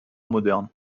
moderne